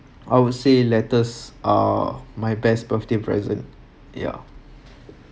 I would say letters are my best birthday present ya